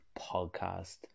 podcast